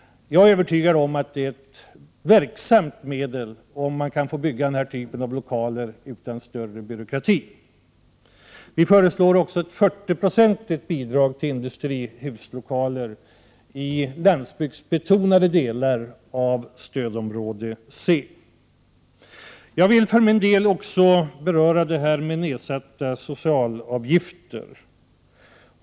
Jag är övertygad om att det är ett verksamt medel att bygga den här typen av lokaler utan större byråkrati. Vi föreslår också ett 40-procentigt bidrag till industrilokaler i landsbygdsbetonade delar av stödområde C. Jag vill för min del även beröra något detta med nedsatta socialavgifter.